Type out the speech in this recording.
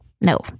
No